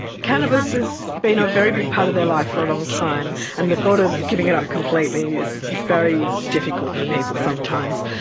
cannabis has been a very big part of their life for a long time, and the thought of giving it up completely is very difficult for people sometimes.